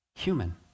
Human